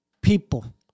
people